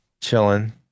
chilling